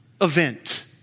event